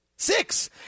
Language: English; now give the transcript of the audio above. Six